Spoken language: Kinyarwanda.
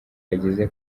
yagize